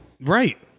Right